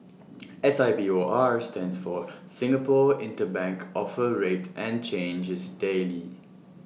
S I B O R stands for Singapore interbank offer rate and changes daily